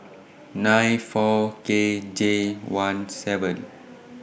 nine four K J one seven